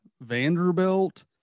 Vanderbilt